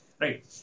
Right